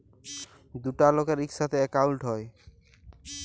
দুটা লকের ইকসাথে একাউল্ট হ্যয়